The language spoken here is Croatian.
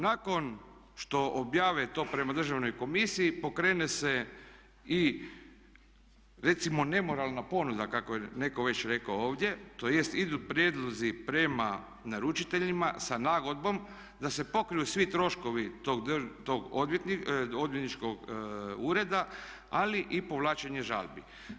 Nakon što objave to prema Državnoj komisiji pokrene se i recimo nemoralna ponuda kako je netko već rekao ovdje tj. idu prijedlozi prema naručiteljima sa nagodbom da se pokriju svi troškovi tog odvjetničkog ureda ali i povlačenje žalbi.